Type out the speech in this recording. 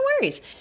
worries